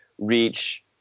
reach